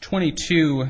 twenty two